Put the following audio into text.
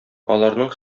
аларның